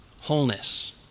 wholeness